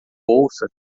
bolsa